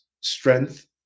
strength